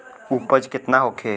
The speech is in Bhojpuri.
उपज केतना होखे?